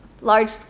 large